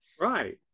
Right